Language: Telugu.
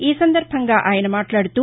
ఈ సందర్భంగా ఆయన మాట్లాడుతూ